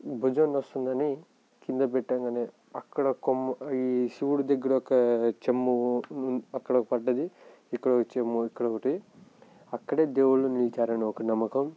భుజం నొస్తుందని క్రింద పెట్టగానే అక్కడ కొమ్మ ఈ శివుడి దగ్గర ఒక చెంబు అక్కడ పడింది ఇక్కడ ఒక చెంబు ఇక్కడ ఒకటి అక్కడే దేవుళ్ళు నిలిచారని ఒక నమ్మకం